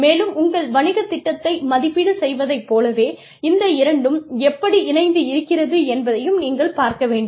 மேலும் உங்கள் வணிகத் திட்டத்தை மதிப்பீடு செய்வதைப் போலவே இந்த இரண்டும் எப்படி இணைந்து இருக்கிறது என்பதையும் நீங்கள் பார்க்க வேண்டும்